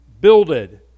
builded